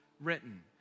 written